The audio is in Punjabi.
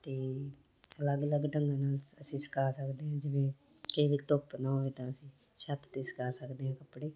ਅਤੇ ਅਲੱਗ ਅਲੱਗ ਢੰਗਾਂ ਨਾਲ ਅਸੀਂ ਸੁਕਾ ਸਕਦੇ ਹਾਂ ਜਿਵੇਂ ਕਈ ਵਾਰ ਧੁੱਪ ਨਾ ਹੋਵੇ ਤਾਂ ਅਸੀਂ ਛੱਤ 'ਤੇ ਸੁਕਾ ਸਕਦੇ ਹੋ ਕੱਪੜੇ